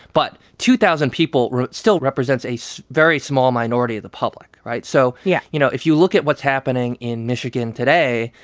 but two thousand people still represents a so very small minority of the public, right? so. yeah. you know, if you look at what's happening in michigan today,